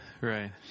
right